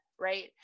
Right